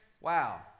Wow